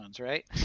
right